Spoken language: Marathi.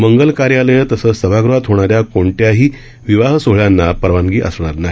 मंगल कार्यालय तसंच सभागृहात होणाऱ्या कोणत्याही विवाह सोहळ्यांना परवानगी असणार नाही